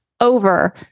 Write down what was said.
over